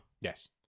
Yes